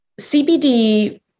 CBD